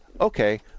okay